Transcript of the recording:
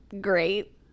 great